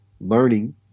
learning